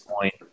point